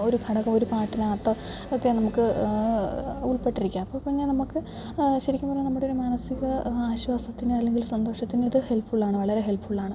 ഒരു ഘടകം ഒരു പാട്ടിനകത്ത് ഒക്കെ നമുക്ക് ഉൾപ്പെട്ടിരിക്കാം അപ്പം പിന്നെ നമുക്ക് ശരിക്കും പറഞ്ഞാൽ നമ്മുടെ മാനസിക ആശ്വാസത്തിന് അല്ലെങ്കിൽ സന്തോഷത്തിനിത് ഹെൽപ്ഫുള്ളാണ് വളരെ ഹെൽപ്ഫുള്ളാണ്